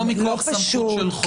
לא מכוח סמכות של חוק.